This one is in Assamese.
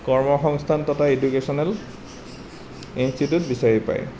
কৰ্ম সংস্থান তথা এডুকেচনেল ইনষ্টিটিউট বিচাৰি পায়